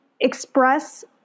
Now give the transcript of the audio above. express